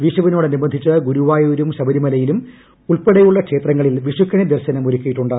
വിഷുവിനോടനുബന്ധിച്ച് ഗുരുവായൂരും ശബരിമലയും ഉൾപ്പെടെയുള്ള ക്ഷേത്രങ്ങളിൽ പ്രസ്സ് വിഷുക്കണി ദർശനം ഒരുക്കിയിട്ടുണ്ട്